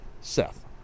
Seth